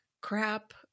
crap